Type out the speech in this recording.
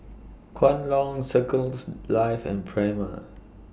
Kwan Loong Circles Life and Prima